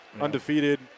undefeated